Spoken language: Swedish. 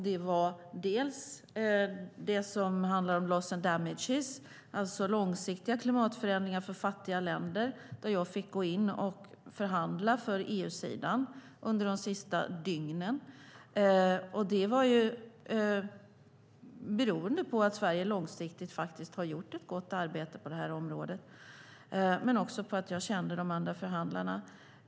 Det ena handlade om loss and damages, alltså långsiktiga klimatförändringar i fattiga länder. Där fick jag gå in och förhandla för EU-sidan under de sista dygnen, beroende på att Sverige långsiktigt har gjort ett gott arbete på området men också för att jag kände de andra förhandlarna.